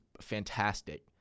fantastic